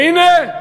והנה,